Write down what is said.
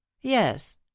Yes